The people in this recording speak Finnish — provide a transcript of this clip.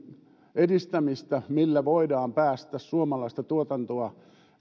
edistämistä millä voidaan päästä suomalaista tuotantoa